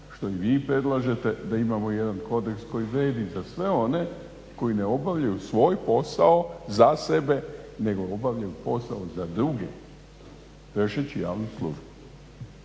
što i vi predlažete da imamo jedan kodeks koji vrijedi za sve one koji ne obavljaju svoj posao za sebe nego obavljaju posao za druge vršeći javnu službu.